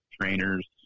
trainers